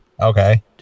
Okay